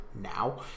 now